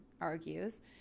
argues